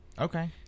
Okay